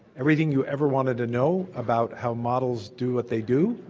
everything you ever wanted to know about how models do what they do.